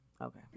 Okay